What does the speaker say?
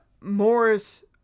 Morris